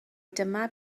dyma